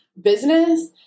business